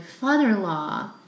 father-in-law